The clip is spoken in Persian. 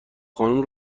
خانوم